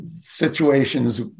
situations